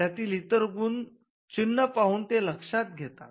त्यातील इतर गुण चिन्ह पाहून लक्षात येतात